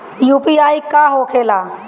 UPI का होखेला?